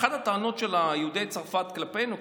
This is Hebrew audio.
אחת הטענות של יהודי צרפת כלפינו,